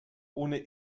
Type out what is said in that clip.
ohne